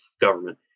government